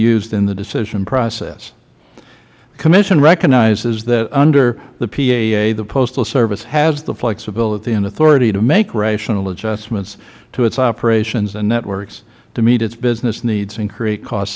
used in the decision process the commission recognizes that under the paa the postal service has the flexibility and authority to make rational adjustments to its operations and networks to meet its business needs and create cost